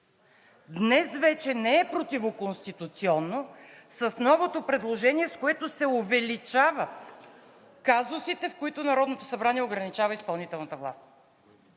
Днес вече не е противоконституционно с новото предложение, с което се увеличават казусите, с които Народното събрание ограничава изпълнителната власт,